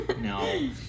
No